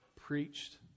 preached